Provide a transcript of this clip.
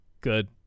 Good